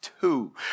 Two